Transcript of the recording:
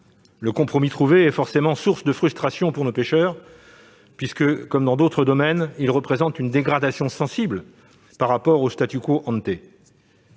Le compromis trouvé est forcément source de frustration pour nos pêcheurs puisque, comme dans d'autres domaines, il représente une dégradation sensible par rapport au. On